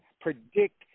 predict